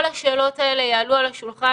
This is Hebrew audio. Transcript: כל השאלות האלה יעלו על השולחן,